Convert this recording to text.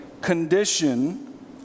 condition